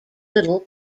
little